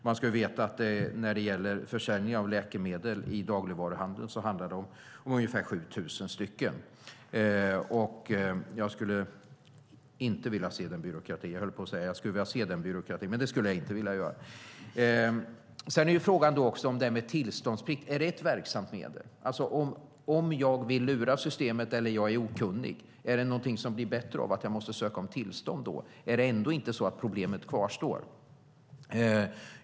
Man ska veta att det handlar om ungefär 7 000 butiker när det gäller försäljning av läkemedel i dagligvaruhandel. Jag höll på att säga att jag skulle vilja se den byråkratin, men det skulle jag inte vilja göra! Frågan gäller också tillståndsplikt. Är det ett verksamt medel? Om man vill lura systemet eller om man är okunnig - är det något som blir bättre av att man måste söka om tillstånd? Kvarstår inte problemet ändå?